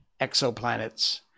exoplanets